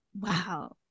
wow